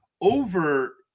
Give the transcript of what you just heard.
Over